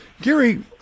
Gary